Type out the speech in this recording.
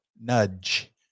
nudge